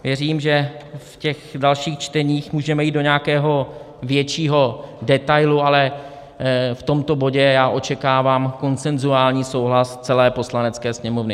Věřím, že v těch dalších čteních můžeme jít do nějakého většího detailu, ale v tomto bodě očekávám konsenzuální souhlas celé Poslanecké sněmovny.